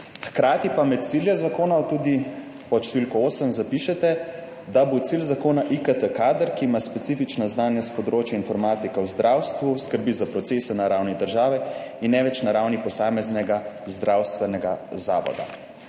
Hkrati pa med cilje zakona tudi pod številko 8 zapišete, da bo cilj zakona IKT kader, ki ima specifična znanja s področja informatike v zdravstvu, skrbi za procese na ravni države in ne več na ravni posameznega zdravstvenega zavoda.